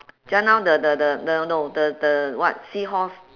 just now the the the the no the the what seahorse